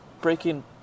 breaking